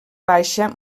baixa